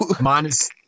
Minus